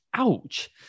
Ouch